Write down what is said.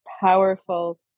powerful